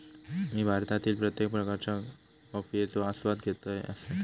मी भारतातील प्रत्येक प्रकारच्या कॉफयेचो आस्वाद घेतल असय